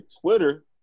Twitter